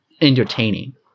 entertaining